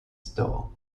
store